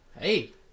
Hey